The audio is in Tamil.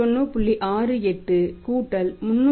68 கூட்டல் 339